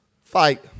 fight